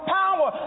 power